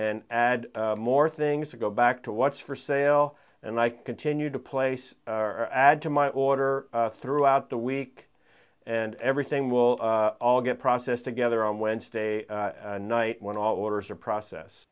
and add more things to go back to what's for sale and i continue to place our add to my order throughout the week and everything will all get process together on wednesday night when all orders are process